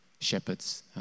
shepherds